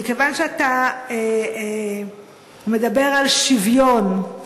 מכיוון שאתה מדבר על שוויון,